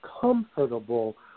comfortable